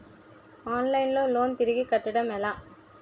Online లో loan తిరిగి కట్టడం ఎలా?